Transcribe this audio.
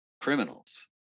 criminals